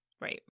Right